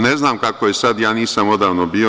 Ne znam kako je sada, ja nisam odavno bio.